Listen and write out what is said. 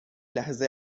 لحظه